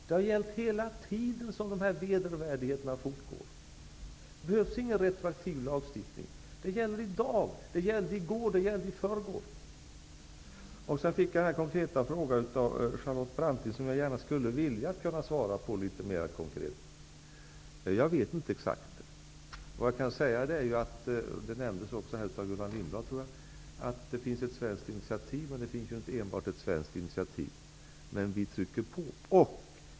Det har gällt hela tiden som de här vedervärdigheterna har fortgått. Det behövs ingen retroaktiv lagstiftning. Det gäller i dag, och det gällde i går och i förrgår. Av Charlotte Branting fick jag en fråga som jag gärna skulle vilja kunna svara på litet mera konkret. Jag vet inte exakt. Vad jag kan säga, vilket också nämndes här av Gullan Lindblad, är att det finns ett svenskt initiativ. Det finns inte enbart ett svenskt initiativ, men vi trycker på.